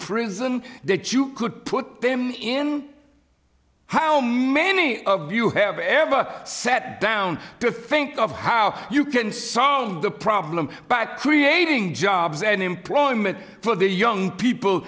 prison that you could put them in how many of you have ever sat down to think of how you can solve the problem by creating jobs and employment for the young people